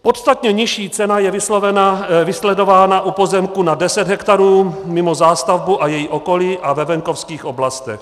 Podstatně nižší cena je vysledována u pozemku nad deset hektarů, mimo zástavbu a její okolí a ve venkovských oblastech.